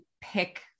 pick